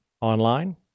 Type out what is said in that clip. online